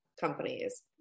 companies